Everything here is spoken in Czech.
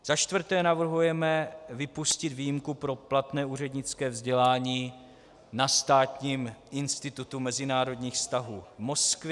Za čtvrté navrhujeme vypustit výjimku pro platné úřednické vzdělání na Státním institutu mezinárodních vztahů v Moskvě.